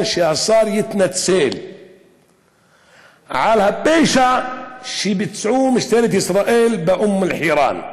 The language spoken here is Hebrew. שהשר יתנצל על הפשע שביצעו משטרת ישראל באום-אלחיראן,